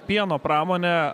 pieno pramonė